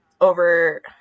over